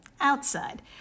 Outside